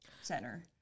center